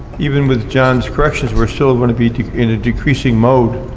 even with john's corrections, we're still gonna be in a decreasing mode